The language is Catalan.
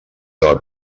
del